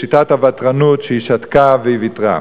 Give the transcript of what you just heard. בשיטת הוותרנות, שהיא שתקה והיא ויתרה.